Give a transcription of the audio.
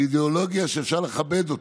והיא אידיאולוגיה שאפשר לכבד אותה.